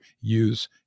use